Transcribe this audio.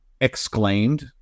exclaimed